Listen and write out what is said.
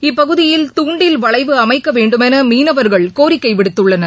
இப்பகுதியில் தூண்டில் வளைவு அமைக்கவேண்டுமெனமீனவர்கள் கோரிக்கைவிடுத்துள்ளனர்